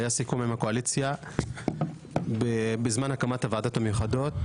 זה היה סיכום עם הקואליציה בזמן הקמת הוועדות המיוחדות.